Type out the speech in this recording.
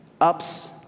ups